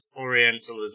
Orientalism